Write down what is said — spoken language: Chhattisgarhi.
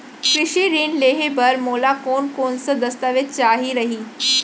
कृषि ऋण लेहे बर मोला कोन कोन स दस्तावेज चाही रही?